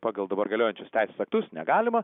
pagal dabar galiojančius teisės aktus negalima